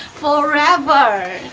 forever.